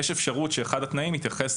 יש אפשרות שאחד התנאים יתייחס